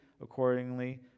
accordingly